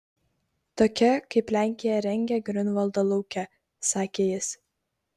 tokia kaip lenkija rengia griunvaldo lauke sakė jis